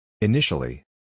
Initially